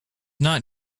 not